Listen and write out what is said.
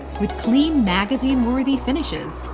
with clean magazine worthy finishes,